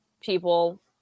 people